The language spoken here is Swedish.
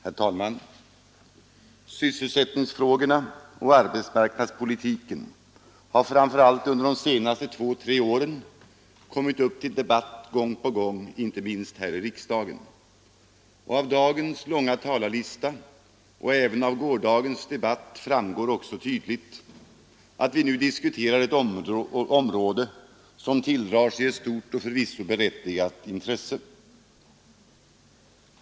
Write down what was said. Herr talman! Sysselsättningsfrågorna och arbetsmarknadspolitiken har framför allt under de senaste två tre åren kommit upp till debatt gång på gång inte minst här i riksdagen. Av dagens långa talarlista och även av gårdagens debatt framgår också tydligt att vi nu diskuterar ett område, som tilldrar sig ett stort och förvisso berättigat intresse.